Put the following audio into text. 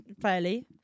fairly